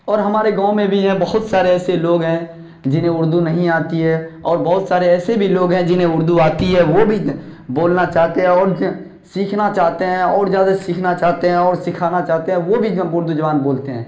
اور ہمارے گاؤں میں بھی ہیں بہت سارے ایسے لوگ ہیں جنہیں اردو نہیں آتی ہے اور بہت سارے ایسے بھی لوگ ہیں جنہیں اردو آتی ہے وہ بھی بولنا چاہتے اور سیکھنا چاہتے ہیں اور زیادہ سیکھنا چاہتے ہیں اور سکھانا چاہتے ہیں وہ بھی جو اردو زبان بولتے ہیں